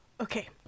okay